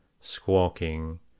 squawking